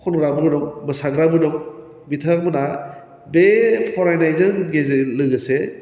खनग्राबो दं मोसाग्राबो दं बिथांमोनहा बे फरायनायजों गेजेर लोगोसे